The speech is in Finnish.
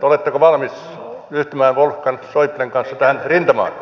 oletteko valmis ryhtymään wolfgang schäublen kanssa tähän rintamaan